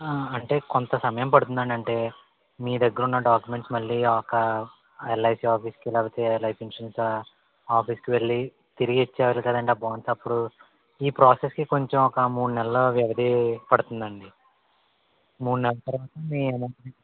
అంటే కొంత సమయం పడుతుందండి అంటే మీ దగ్గర ఉన్న డాక్యుమెంట్స్ మళ్ళి ఒక ఎల్ఐసీ ఆఫీసు కి లేకపోతే లైఫ్ ఇన్స్యూరెన్స్ ఆఫీసు కి వెళ్ళి తిరిగిచ్చేయాలి కదండి ఆ బాండ్సు అప్పుడు ఈ ప్రోసెస్సు కి కొంచెం ఒక మూడు నెలలు వ్యవధి పడతుందండి మూడు నెలలు తరువాత మీ